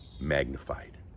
Magnified